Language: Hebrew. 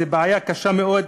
זו בעיה קשה מאוד.